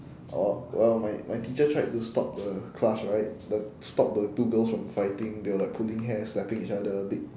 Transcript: uh well my my teacher tried to stop the class right the stop the two girls from fighting they were like pulling hair slapping each other beat